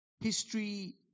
history